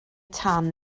tân